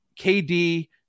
KD